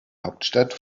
hauptstadt